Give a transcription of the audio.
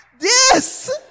Yes